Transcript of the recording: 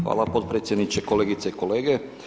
Hvala potpredsjedniče, kolegice i kolege.